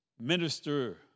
Minister